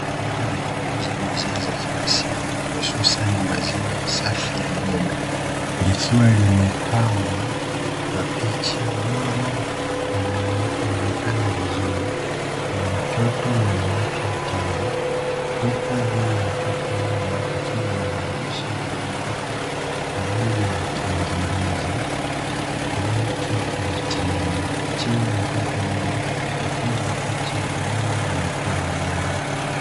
Duka linalouza bidhaa za kila siku hususani ni maziwa safi ya ng'ombe, likiwa limepambwa kwa picha bora inayoonekana vizuri ya mtoto mwenye afya tele, huku juu ya mtoto huyo kukiwa na maandishi yaliyoandikwa kwa lugha ya kingereza, "Milk ATM" chini ya mtoto huyo kukiwa na picha ya ng'ombe anayekula majani.